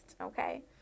okay